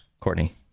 Courtney